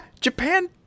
Japan